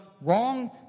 wrong